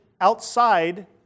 outside